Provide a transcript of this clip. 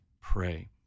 pray